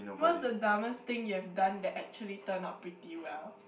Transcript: what's the dumbest thing you have done that actually turned out pretty well